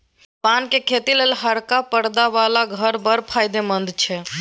पानक खेती लेल हरका परदा बला घर बड़ फायदामंद छै